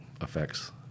effects